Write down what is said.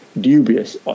dubious